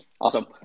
awesome